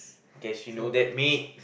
guess you know that mate